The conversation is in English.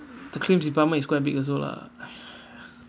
the claims department is quite big also lah